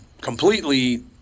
completely